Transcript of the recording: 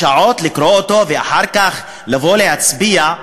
בשעות לקרוא אותו ואחר כך לבוא להצביע?